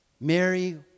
Mary